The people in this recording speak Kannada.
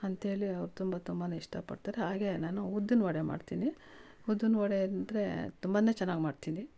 ಅಂತೇಳಿ ಅವ್ರು ತುಂಬ ತುಂಬಾ ಇಷ್ಟಪಡ್ತಾರೆ ಹಾಗೆ ನಾನು ಉದ್ದಿನವಡೆ ಮಾಡ್ತೀನಿ ಉದ್ದಿನ್ವಡೆ ಅಂದರೆ ತುಂಬಾ ಚೆನ್ನಾಗಿ ಮಾಡ್ತೀನಿ